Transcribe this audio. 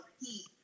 heat